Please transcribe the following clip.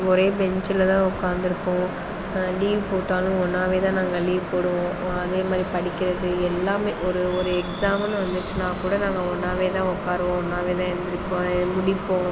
ஒரே பெஞ்சில் தான் உக்காந்துருப்போம் லீவ் போட்டாலும் ஒன்றாவே தான் நாங்கள் லீவ் போடுவோம் அதே மாதிரி படிக்கிறது எல்லாமே ஒரு ஒரு எக்ஸாம்னு வந்துச்சுனால் கூட நாங்கள் ஒன்றாவே தான் உக்காருவோம் ஒன்றாவே தான் எழுந்திரிப்போம் முடிப்போம்